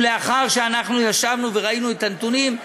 ולאחר שאנחנו ישבנו וראינו את הנתונים,